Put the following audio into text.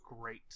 great